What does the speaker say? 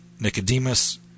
Nicodemus